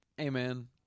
amen